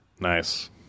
Nice